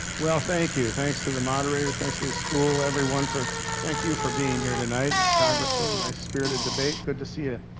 well thank you, thanks to the moderators, thanks to the school, everyone for thank you for being here tonight. congressman, nice spirited debate, good to see ah